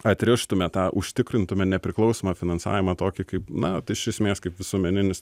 atrištume tą užtikrintume nepriklausomą finansavimą tokį kaip na tai iš esmės kaip visuomeninis